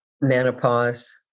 menopause